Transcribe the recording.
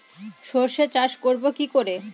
সর্ষে চাষ করব কি করে?